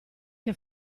che